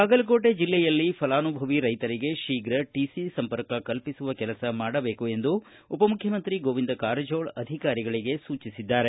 ಬಾಗಲಕೋಟೆ ಜಿಲ್ಲೆಯಲ್ಲಿ ಫಲಾನುಭವಿ ರೈತರಿಗೆ ಶೀಘ್ರ ಟಿಸಿ ಸಂಪರ್ಕ ಕಲ್ಪಿಸುವ ಕೆಲಸ ಮಾಡಬೇಕು ಎಂದು ಉಪಮುಖ್ಯಮಂತ್ರಿ ಗೋವಿಂದ ಕಾರಜೋಳ ಅಧಿಕಾರಿಗಳಿಗೆ ಸೂಚಿಸಿದ್ದಾರೆ